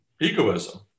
egoism